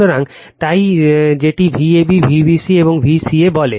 সুতরাং তাই যেটিকে Vab Vbc এবং Vca বলে